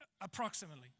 approximately